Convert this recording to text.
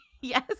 yes